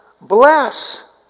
bless